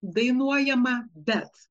dainuojama bet